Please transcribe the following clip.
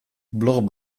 blog